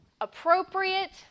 appropriate